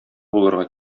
булырга